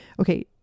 okay